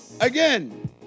Again